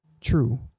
true